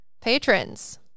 Patrons